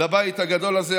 לבית הגדול הזה,